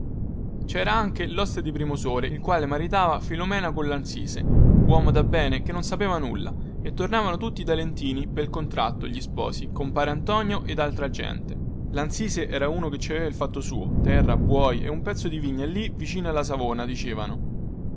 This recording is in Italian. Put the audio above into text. cera anche loste di primosole il quale maritava filomena con lanzise uomo dabbene che non sapeva nulla e tornavano tutti da lentini pel contratto gli sposi compare antonio ed altra gente lanzise era uno che ci aveva il fatto suo terra buoi e un pezzo di vigna lì vicino alla savona dicevano